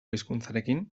hizkuntzarekin